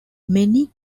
many